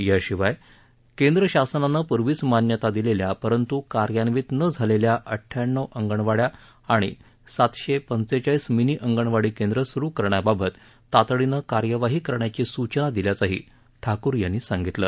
याशिवाय केंद्र शासनानं पूर्वीच मान्यता दिलेल्या परंतु कार्यान्वित न झालेल्या अडुयाण्णव अंगणवाड्या आणि सातशे पंचेचाळीस मिनी अंगणवाडी केंद्रं सुरु करण्याबाबत तातडीनं कार्यवाही करण्याची सूचना दिल्याचंही ठाकूर यांनी सांगितलं